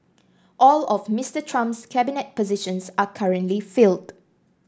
all of Mister Trump's cabinet positions are currently filled